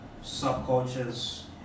subcultures